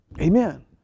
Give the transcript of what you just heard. Amen